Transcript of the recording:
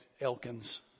Elkins